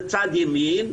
בצד ימין,